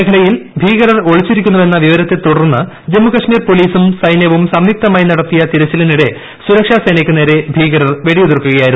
മേഖലയിൽ ഭീകൃർ ഒളിച്ചിരിക്കുന്നുവെന്ന വിവരത്തെ തുടർന്ന് ജമ്മുകാശ്മീർ പ്പോലീസും സൈന്യവും സംയുക്തമായി നടത്തിയ തിരച്ചിലിനിട്ടെ സുരക്ഷാ സേനയ്ക്കുനേരെ ഭീകരർ വെടിയുതിർക്കുകയായിരുന്നു